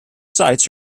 sites